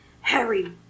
Harry